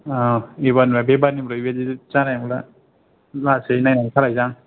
औ एबारनिफ्राय बेबारनिफ्राय बेबायदि जानाय नंला लासै नायनानै सालायनोसै आं